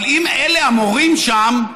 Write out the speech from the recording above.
אבל אם אלה המורים שם,